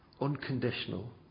unconditional